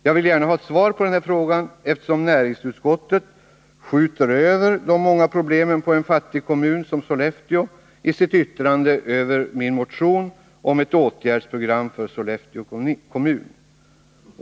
Jag vill gärna ha ett svar på den frågan, eftersom näringsutskottet skjuter över de många problemen på en fattig kommun som Sollefteå i sitt yttrande över min motion om ett åtgärdsprogram för Sollefteå kommun.